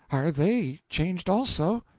are they changed also?